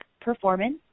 performance